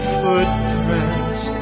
footprints